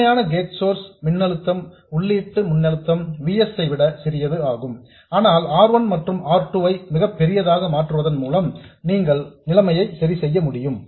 உண்மையான gate source மின்னழுத்தம் உள்ளீட்டு மின்னழுத்தம் V s ஐ விட சிறியது ஆகும் ஆனால் R 1 மற்றும் R 2 ஐ மிகப்பெரியதாக மாற்றுவதன் மூலம் நீங்கள் நிலைமையை சரிசெய்ய முடியும்